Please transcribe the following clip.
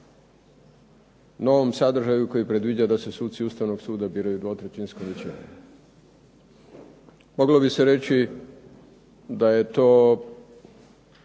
novom sadržaju koji je predvidio da se suci Ustavnog suda biraju 2/3-skom većinom. Moglo bi se reći da je to